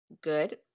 Good